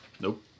Nope